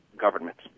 governments